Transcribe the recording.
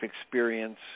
experience